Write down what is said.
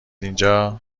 اینجا